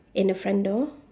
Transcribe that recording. in the front door